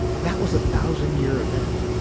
that was a thousand-year event.